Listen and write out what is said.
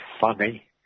funny